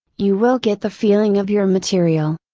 you will get the feeling of your material.